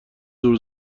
زور